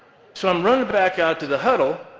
so, i'm running back out to the huddle,